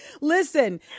listen